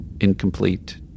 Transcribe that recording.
incomplete